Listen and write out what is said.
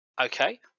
Okay